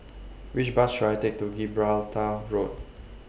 Which Bus should I Take to Gibraltar Road